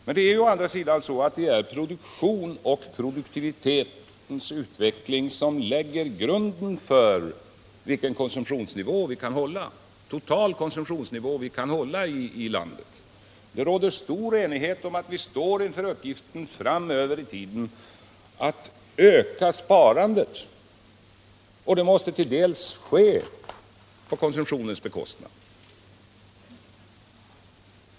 Men det är å andra sidan produktionens och produktivitetens utveckling som lägger grunden för vilken total konsumtionsnivå vi kan hålla i landet. Det råder stor enighet om att vi står inför uppgiften framöver i tiden att öka sparandet, och det måste till dels ske på konsumtionens bekostnad.